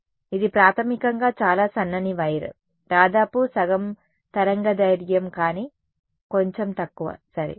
కాబట్టి ఇది ప్రాథమికంగా చాలా సన్నని వైర్ దాదాపు సగం తరంగదైర్ఘ్యం కానీ కొంచెం తక్కువ సరే